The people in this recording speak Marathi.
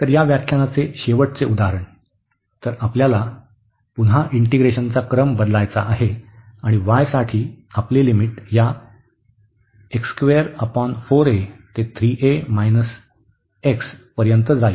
तर या व्याख्यानाचे शेवटचे उदाहरण तर आपल्याला पुन्हा इंटीग्रेशनचा क्रम बदलायचा आहे आणि y साठी आपली लिमिट या 4a ते 3a x पर्यंत जाईल